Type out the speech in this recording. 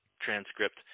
transcript